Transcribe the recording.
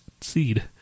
seed